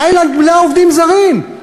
תאילנד מלאה עובדים זרים.